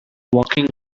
walking